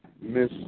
Miss